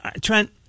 Trent